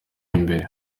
imbere